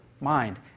mind